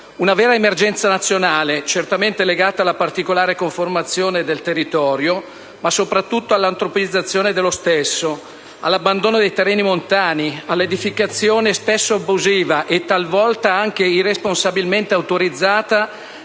Una vera emergenza nazionale, certamente legata alla particolare conformazione del territorio, ma soprattutto all'antropizzazione dello stesso, all'abbandono dei terreni montani, all'edificazione spesso abusiva e talvolta anche irresponsabilmente autorizzata